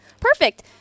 Perfect